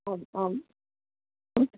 आम् आं